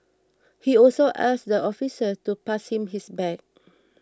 he also asked the officers to pass him his bag